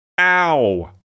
Ow